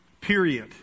Period